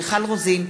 מיכל רוזין,